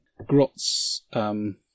Grotz